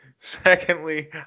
Secondly